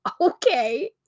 Okay